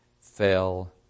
fell